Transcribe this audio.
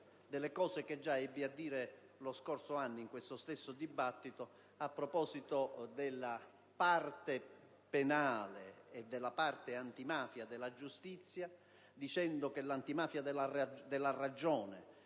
nelle considerazioni che già ebbi modo di fare lo scorso anno in questo stesso dibattito a proposito della parte penale e della parte antimafia della giustizia, sottolineando che l'antimafia della ragione,